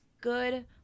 good